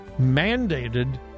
mandated